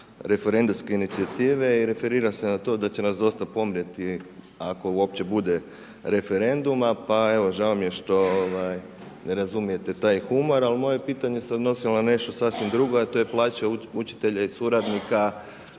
referendumske inicijative i referira se na to da će nas dosta pomrijeti ako uopće bude referenduma pa evo žao mi je što ne razumijete taj humor. Ali moje pitanje se odnosilo na nešto sasvim drugo, a to je plaća učitelja i suradnika